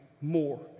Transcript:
more